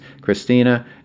Christina